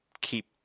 keep